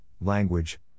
language